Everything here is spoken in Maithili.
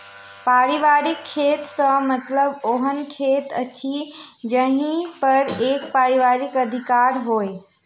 पारिवारिक खेत सॅ मतलब ओहन खेत अछि जाहि पर एक परिवारक अधिकार होय